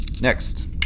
Next